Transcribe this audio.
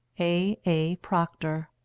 a. a. procter.